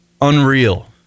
unreal